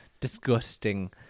Disgusting